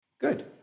Good